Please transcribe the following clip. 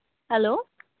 hello